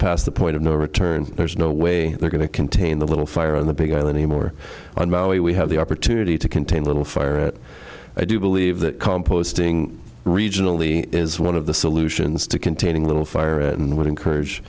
past the point of no return there's no way they're going to contain the little fire on the big island anymore on maui we have the opportunity to contain little fire i do believe that composting regionally is one of the solutions to containing little fire and would encourage